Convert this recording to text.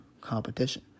competition